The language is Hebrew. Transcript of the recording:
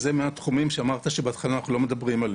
זה אחד מהתחומים שאמרת בהתחלה שלא נדבר עליהם.